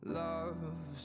love